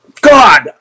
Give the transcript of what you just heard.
God